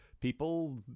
people